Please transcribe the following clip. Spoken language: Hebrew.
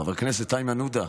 חבר הכנסת איימן עודה,